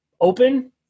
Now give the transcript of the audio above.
open